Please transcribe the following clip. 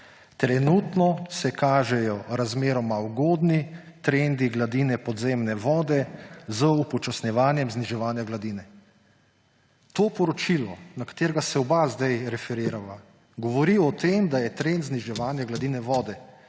Trenutno se kažejo razmeroma ugodni trendi gladine podzemne vode z upočasnjevanjem zniževanja gladine.« To poročilo, na katerega se sedaj oba referirava, govori o tem, da je trend zniževanja gladine vode.